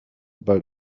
bald